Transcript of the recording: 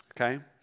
okay